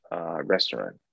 restaurant